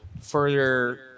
further